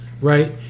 right